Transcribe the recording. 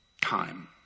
time